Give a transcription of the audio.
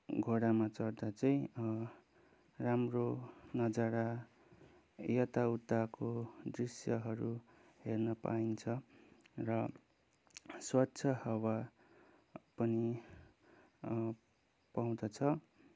घोडामा चढ्दा चाहिँ राम्रो नजारा यताउताको दृश्यहरू हेर्न पाइन्छ र स्वच्छ हावा पनि पाउँदछ